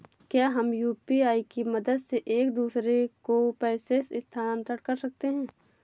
क्या हम यू.पी.आई की मदद से एक दूसरे को पैसे स्थानांतरण कर सकते हैं?